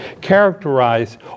characterize